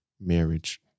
marriage